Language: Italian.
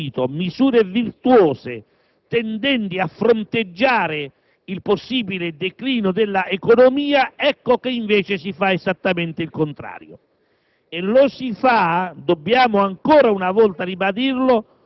e la riduzione dell'indebitamento avrebbero rappresentato misure virtuose, tendenti a fronteggiare il possibile declino dell'economia, ecco che invece si fa esattamente il contrario.